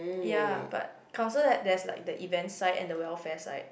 ya but council have there is like the event side and the welfare side